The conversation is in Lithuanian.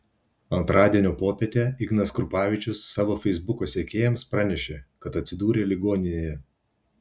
antradienio popietę ignas krupavičius savo feisbuko sekėjams pranešė kad atsidūrė ligoninėje